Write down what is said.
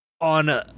on